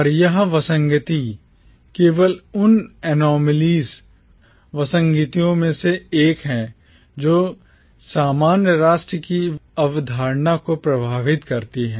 और यह विसंगति केवल उन anomalies विसंगतियों में से एक है जो सामान्य राष्ट्र की अवधारणा को प्रभावित करती हैं